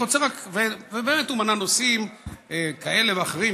ובאמת הוא מנה נושאים כאלה ואחרים,